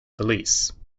police